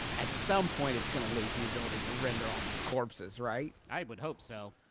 at some point, it's going to lose the ability to render all these corpses, right? i would hope so.